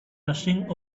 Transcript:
rushing